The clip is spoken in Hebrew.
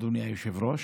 אדוני היושב-ראש,